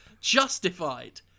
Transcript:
justified